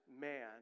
man